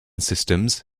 systems